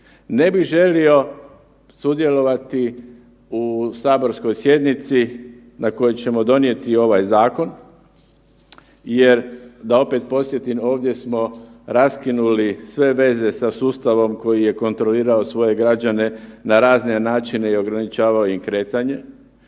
Ne bih želio sudjelovati u saborskoj sjednici na kojoj ćemo donijeti ovaj zakon jer da opet podsjetim, ovdje smo raskinuli sve veze sa sustavom koji je kontrolirao svoje građane na razne načine i ograničavao im kretanje